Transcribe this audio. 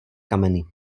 kameny